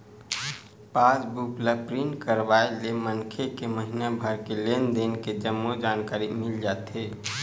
पास book ल print करवाय ले मनखे के महिना भर के लेन देन के जम्मो जानकारी मिल जाथे